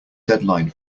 deadline